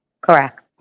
Correct